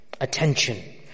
Attention